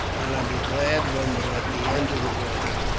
and i'll be glad when we're at the end of the voyage.